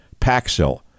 Paxil